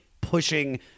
pushing